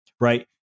right